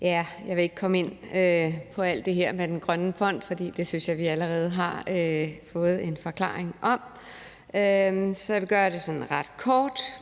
Jeg vil ikke komme ind på alt det her med den grønne fond, for det synes jeg vi allerede har fået en forklaring på, så jeg vil gøre det sådan ret kort.